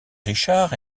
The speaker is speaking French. richard